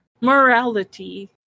Morality